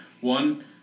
one